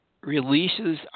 releases